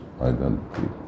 identity